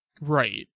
Right